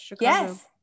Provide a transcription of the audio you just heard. Yes